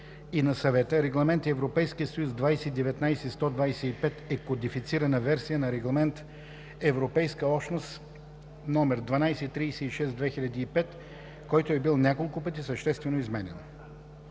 и на Съвета. Регламент (ЕС) 2019/125 е кодифицирана версия на Регламент (ЕО) № 1236/2005, който е бил няколко пъти съществено изменян.